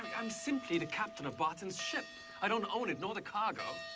i'm simply the captain of barton's ship. i don't own it, nor the cargo.